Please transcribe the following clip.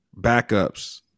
backups